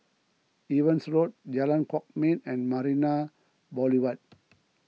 Evans Road Jalan Kwok Min and Marina Boulevard